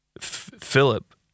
Philip